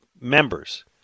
members